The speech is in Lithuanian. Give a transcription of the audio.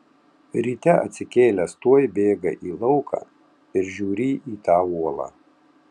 ryte atsikėlęs tuoj bėga į lauką ir žiūrį į tą uolą